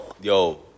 Yo